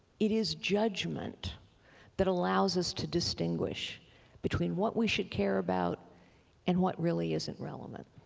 it is judgment that allows us to distinguish between what we should care about and what really isn't relevant.